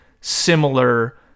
similar